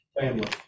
Family